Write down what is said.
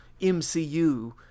MCU